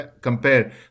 compare